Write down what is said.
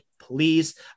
please